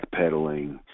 backpedaling